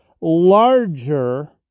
larger